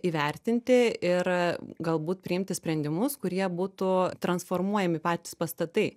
įvertinti ir galbūt priimti sprendimus kurie būtų transformuojami patys pastatai